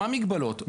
מה מגבלות?